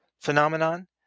phenomenon